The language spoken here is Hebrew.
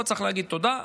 פה צריך להגיד תודה,